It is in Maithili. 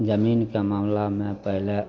जमीनके मामिलामे पहिले